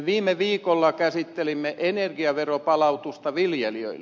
viime viikolla käsittelimme energiaveron palautusta viljelijöille